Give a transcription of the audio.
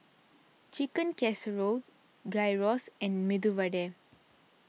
Chicken Casserole Gyros and Medu Vada